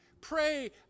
Pray